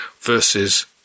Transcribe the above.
versus